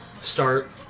start